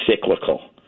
cyclical